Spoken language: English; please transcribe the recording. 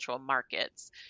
markets